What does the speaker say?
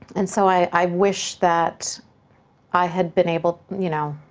and so i i wish that i had been able, you know,